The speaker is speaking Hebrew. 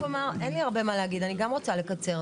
אין לי הרבה מה להגיד, אני גם רוצה לקצר.